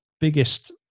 biggest